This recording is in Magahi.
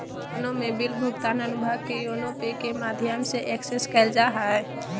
योनो में बिल भुगतान अनुभाग के योनो पे के माध्यम से एक्सेस कइल जा हइ